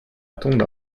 tombe